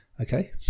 Okay